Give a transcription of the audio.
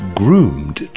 groomed